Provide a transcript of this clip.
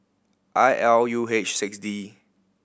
I L U H six D